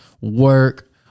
work